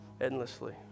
endlessly